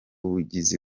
bugizi